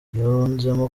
yunzemo